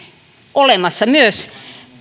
olemassa myös